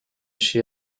she